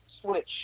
switch